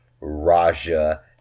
Raja